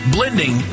Blending